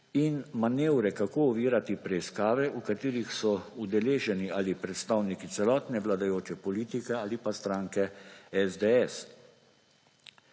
in manevre, kako ovirati preiskave, v katerih so udeleženi ali predstavniki celotne vladajoče politike ali pa stranke SDS.